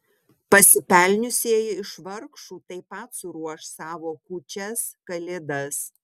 pasipelniusieji iš vargšų taip pat suruoš savo kūčias kalėdas